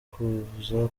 kuza